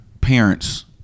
parents